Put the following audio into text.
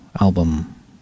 album